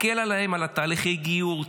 תקל עליהם את תהליכי הגיור,